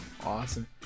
Awesome